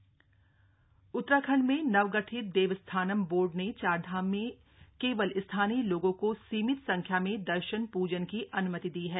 Devasthanam board आदेश उत्तराखंड में नवगठित देवस्थानम् बोर्ड ने चारधाम में केवल स्थानीय लोगों को सीमित संख्या में दर्शन पूजन की अन्मति दी है